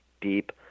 deep